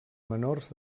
menors